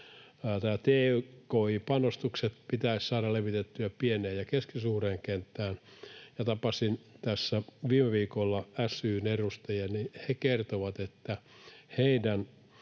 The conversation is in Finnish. tki-panostukset pitäisi saada levitettyä pieneen ja keskisuureen kenttään. Tapasin tässä viime viikolla SY:n edustajia, ja he kertovat, että heidän